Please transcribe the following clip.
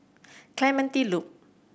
Clementi Loop